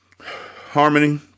Harmony